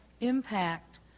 impact